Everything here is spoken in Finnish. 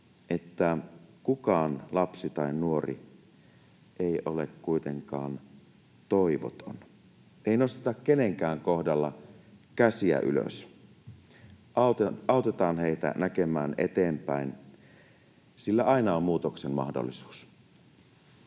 että kukaan lapsi tai nuori ei ole kuitenkaan toivoton. Ei nosteta kenenkään kohdalla käsiä ylös. Autetaan heitä näkemään eteenpäin, sillä aina on muutoksen mahdollisuus.